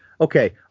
okay